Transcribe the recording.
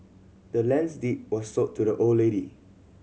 the land's deed was sold to the old lady